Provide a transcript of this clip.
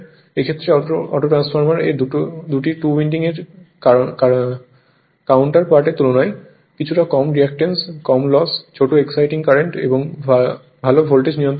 এক্ষেত্রে auto transformer এর two winding এর কাউন্টারপার্টের তুলনায় কিছুটা কম রিয়্যাকট্যান্স কম লস ছোট এক্সাইটিং কারেন্ট এবং ভাল ভোল্টেজ নিয়ন্ত্রণ থাকে